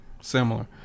similar